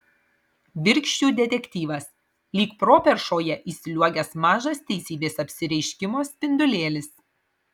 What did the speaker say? virkščių detektyvas lyg properšoje įsliuogęs mažas teisybės apsireiškimo spindulėlis